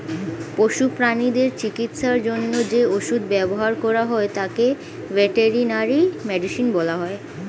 পশু প্রানীদের চিকিৎসার জন্য যে ওষুধ ব্যবহার করা হয় তাকে ভেটেরিনারি মেডিসিন বলা হয়